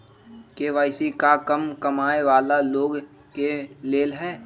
KYC का कम कमाये वाला लोग के लेल है?